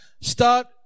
start